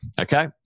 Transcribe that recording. okay